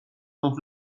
donc